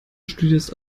studierst